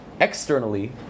externally